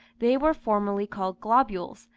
they were formerly called globules,